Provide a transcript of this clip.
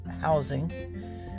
housing